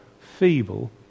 feeble